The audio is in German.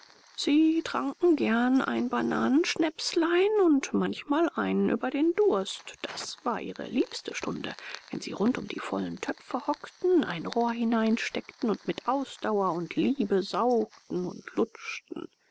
sie tranken gern ein bananenschnäpslein und manchmal einen über den durst das war ihre liebste stunde wenn sie rund um die vollen töpfe hockten ein rohr hineinsteckten und mit ausdauer und liebe saugten und lutschten